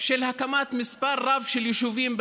של הקמת מספר רב של יישובים בנגב.